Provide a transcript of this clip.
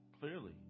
clearly